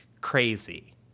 crazy